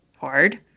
hard